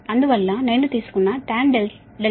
అందువల్ల నేను తీసుకున్నtan R1 0